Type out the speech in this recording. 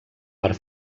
per